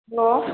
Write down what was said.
hello